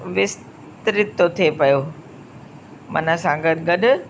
विस्त्रित थो थिए पियो मन सां गॾु गॾु